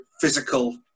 physical